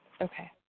Okay